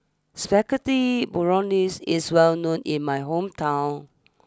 Spaghetti Bolognese is well known in my hometown